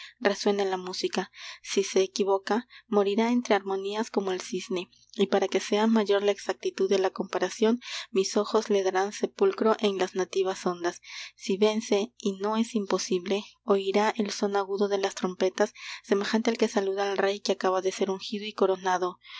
resuene la música si se equivoca morirá entre armonías como el cisne y para que sea mayor la exactitud de la comparacion mis ojos le darán sepulcro en las nativas ondas si vence y no es imposible oirá el son agudo de las trompetas semejante al que saluda al rey que acaba de ser ungido y coronado